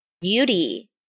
beauty